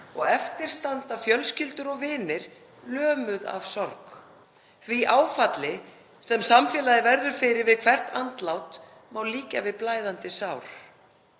og eftir standa fjölskyldur og vinir lömuð af sorg. Því áfalli sem samfélagið verður fyrir við hvert andlát má líkja við blæðandi sár.